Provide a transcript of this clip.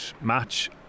match